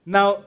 Now